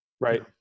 right